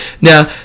Now